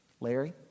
Larry